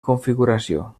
configuració